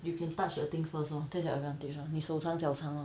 you can touch the thing first lor that's your advantage lor 你手长脚长 lor